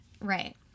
Right